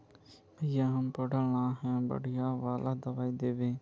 भैया हम पढ़ल न है बढ़िया वाला दबाइ देबे?